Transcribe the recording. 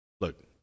look